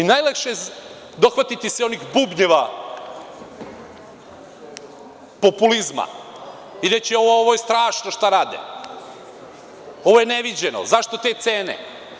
Najlakše je dohvatiti se onih bubnjeva populizma i reći – ovo je strašno šta rade, ovo je neviđeno, zašto te cene.